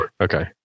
Okay